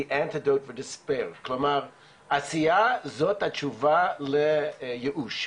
עשייה זאת התשובה לייאוש.